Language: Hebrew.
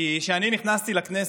כי כשאני נכנסתי לכנסת,